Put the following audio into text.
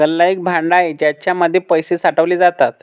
गल्ला एक भांड आहे ज्याच्या मध्ये पैसे साठवले जातात